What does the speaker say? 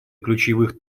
ключевых